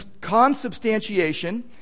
Consubstantiation